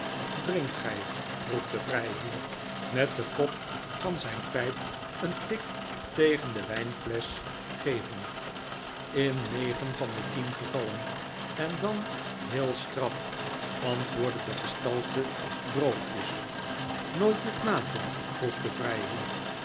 drinkt gij vroeg de vrijheer met den kop van zijn pijp een tik tegen de wijnflesch gevend in negen van de tien gevallen en dan heel straf antwoordde de gestalte droogjes nooit met mate vroeg de vrijheer